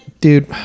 Dude